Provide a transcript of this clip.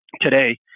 today